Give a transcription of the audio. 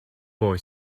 boy